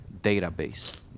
database